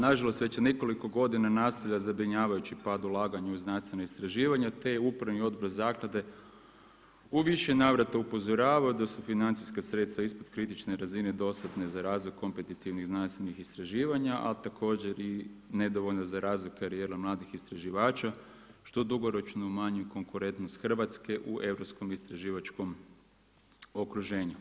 Nažalost, već se nekoliko godina nastavlja zabrinjavajući pad ulaganja u znanstvene istraživanja, te upravni odbor zaklade u više navrata upozoravao da su financijska sredstva ispod kritične razine dostatne za razvoj kompetitivnih znanstvenih istraživanja, ali također i nedovoljno za razvoj karijere mladih istraživača, što dugoročno umanjuje konkurentnost Hrvatske u Europskom istraživačkom okruženju.